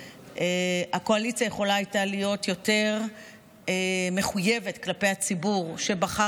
הקואליציה הייתה יכולה להיות יותר מחויבת כלפי הציבור שבחר,